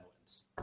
wins